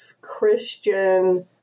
Christian